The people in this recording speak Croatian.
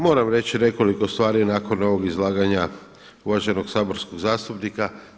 Moram reći nekoliko stvari nakon ovog izlaganja uvaženog saborskog zastupnika.